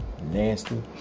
nasty